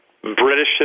British